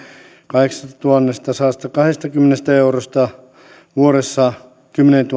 kahdeksastatuhannestasadastakahdestakymmenestä eurosta vuodessa